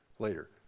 later